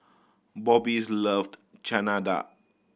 Bobbies loved Chana Dal